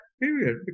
period